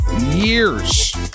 years